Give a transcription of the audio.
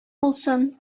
булсын